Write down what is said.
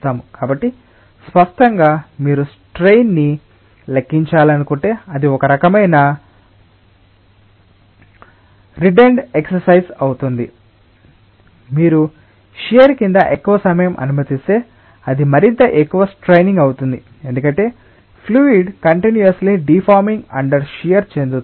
కాబట్టి స్పష్టంగా మీరు స్ట్రెన్ ని లెక్కించాలనుకుంటే అది ఒక రకమైన రిడన్డెడ్ ఎక్సర్సైజ్ అవుతుంది మీరు షియర్ కింద ఎక్కువ సమయం అనుమతిస్తే అది మరింత ఎక్కువ స్ట్రైనింగ్ అవుతుంది ఎందుకంటే fluid continuously deforming under shear చెందుతుంది